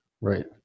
Right